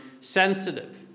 sensitive